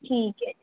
ਠੀਕ ਹੈ ਜੀ